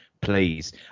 Please